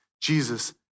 Jesus